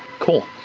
cool.